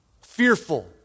Fearful